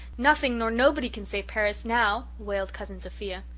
nothing nor nobody can save paris now, wailed cousin sophia.